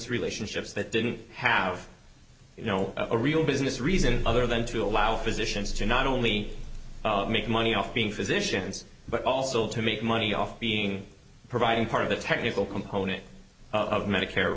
relationships that didn't have you know a real business reason other than to allow physicians to not only make money off being physicians but also to make money off being provided part of the technical component of medicare